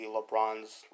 LeBron's